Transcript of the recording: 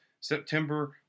September